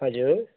हजुर